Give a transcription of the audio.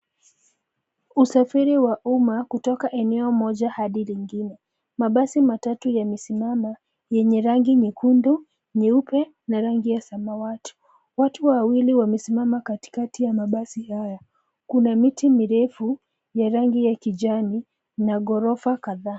Usafiri wa umma kutoka eneo moja hadi lingine. Mabasi matatu yamesimama yenye rangi nyekundu, nyeupe na rangi ya samawati. Watu wawili wamesimama katikati ya mabasi haya. Kuna miti mirefu ya rangi ya kijani na gorofa kadhaa.